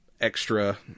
extra